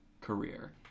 career